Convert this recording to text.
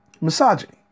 misogyny